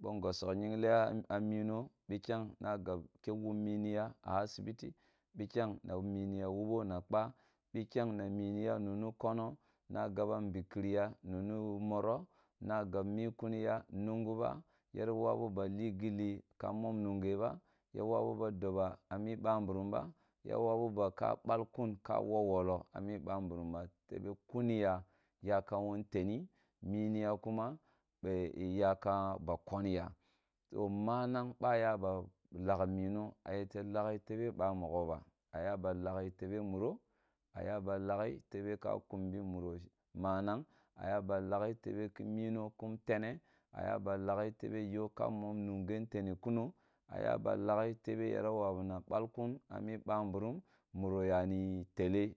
bo ngosogh yinghle a mino bikyang na gab ke wub mini ya a asibiti kikyang na mini ya wubo na kpa, bikyanf na minuha nani kani na gaba nbikin ya noni moro ra gab mini kuni ya nunguba yara wabu bo li gilli ka mom nunge ba ya wabu ba doba ami bamburum ba ya wabu ka ka balkum ka wolwolo a mu bamburum ba tebe kuni ya kam wo nteni mmi ya kuma ee yakamba konyaso manang ba yaba lagh mino a yete laghi tebe ba mmogho ba a yaba laghi tebe na muro a yaba caghi tebe ki mino kum tene a yaba laghi tebe yo ka mom nunge nteni kuo a yaba laghi tebe yana wabi na bal kun a bin ba mburum muro yani telle